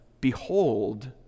Behold